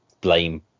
blame